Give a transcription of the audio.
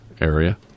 area